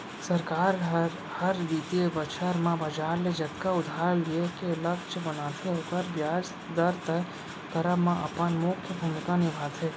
सरकार हर, हर बित्तीय बछर म बजार ले जतका उधार लिये के लक्छ बनाथे ओकर बियाज दर तय करब म अपन मुख्य भूमिका निभाथे